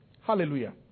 Hallelujah